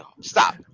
stop